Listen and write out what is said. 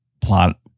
plot